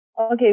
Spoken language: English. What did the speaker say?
okay